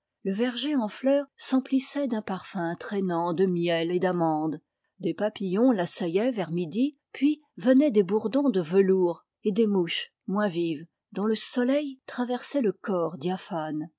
le verger en fleur s'emplissait d'un parfum traînant de miel et d'amande des papillons l'assaillaient vers midi puis venaient des bourdons de velours et des mouches moins vives dont le soleil traversait le corps diaphane